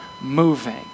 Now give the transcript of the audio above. moving